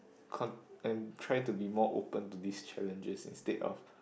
con and try to be more open to these challenges instead of